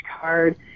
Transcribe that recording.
card